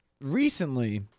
recently